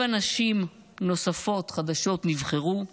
7 נשים נוספות חדשות נבחרו,